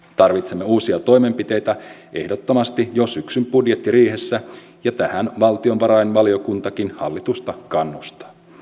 tarvitsemme uusia toimenpiteitä ehdottomasti jo syksyn budjettiriihessä ja tähän valtiovarainvaliokuntakin hallitusta kannustaa